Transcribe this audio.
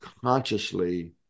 consciously